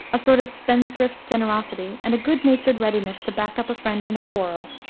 a sort of spendthrift generosity, and a good-natured readiness to back up a friend in a quarrel,